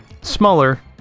smaller